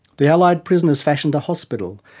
the allied prisoners fashioned a hospital.